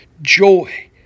joy